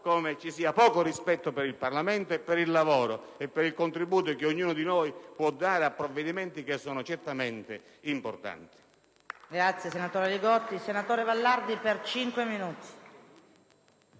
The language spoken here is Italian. come ci sia poco rispetto per il Parlamento, per il nostro lavoro e per il contributo che ognuno di noi può offrire a provvedimenti che si presentano certamente come importanti.